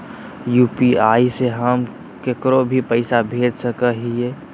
UPI से हम केकरो भी पैसा भेज सको हियै?